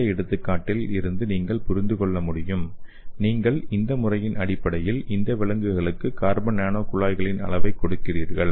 இந்த எடுத்துக்காட்டில் இருந்து நீங்கள் புரிந்து கொள்ள முடியும் நீங்கள் இந்த முறையின் அடிப்படையில் இந்த விலங்குகளுக்கு கார்பன் நானோ குழாய்களின் அளவைக் கொடுக்கிறீர்கள்